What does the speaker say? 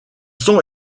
sont